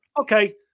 Okay